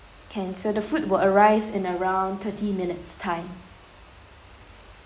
can so the food will arrive in around thirty minutes time